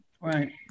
Right